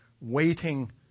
waiting